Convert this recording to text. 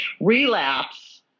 relapse